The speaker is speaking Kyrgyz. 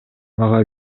мага